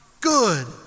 Good